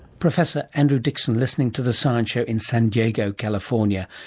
professor andrew dickson listening to the science show in san diego, california.